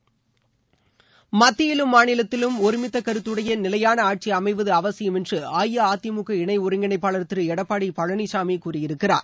மாநிலத்திலும் மத்தியிலும் ஒருமித்தகருத்துடையநிலையானஆட்சிஅமைவதுஅவசியம் என்றுஅஇஅதிமுக இணைஒருங்கிணைப்பாளர் திருஎடப்பாடிபழனிசாமிகூறியிருக்கிறார்